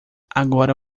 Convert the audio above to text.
agora